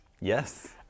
Yes